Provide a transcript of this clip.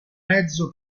mezzo